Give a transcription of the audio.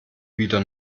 wieder